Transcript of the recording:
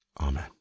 Amen